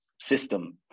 system